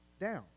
down